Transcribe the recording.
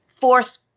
force